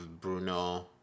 Bruno